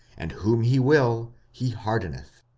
and whom he will he hardeneth.